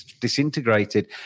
disintegrated